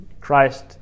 Christ